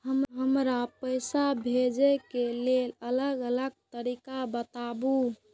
हमरा पैसा भेजै के लेल अलग अलग तरीका बताबु?